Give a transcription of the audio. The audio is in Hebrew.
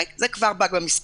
זה כבר באג במספרים.